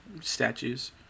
statues